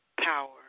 power